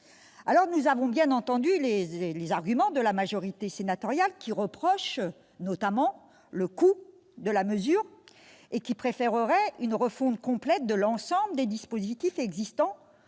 Cohen. Nous avons bien entendu les arguments de la majorité sénatoriale, qui reproche notamment le coût de la mesure et préférerait une refonte complète de l'ensemble des dispositifs existants,